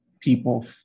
people